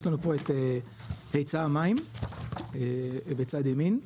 יש לנו פה את היצע המים בצד ימין,